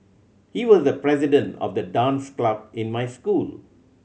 he was the president of the dance club in my school